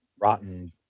rotten